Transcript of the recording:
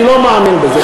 אני לא מאמין בזה,